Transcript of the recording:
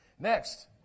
Next